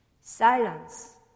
Silence